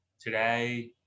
today